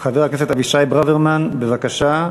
חבר הכנסת אבישי ברוורמן, בבקשה.